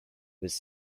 was